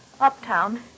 Uptown